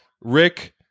Rick